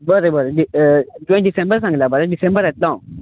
बरे बरे तुवें डिसेंबर सांगला मरे डिसेंबर येतलो हांव